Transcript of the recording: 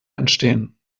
entstehen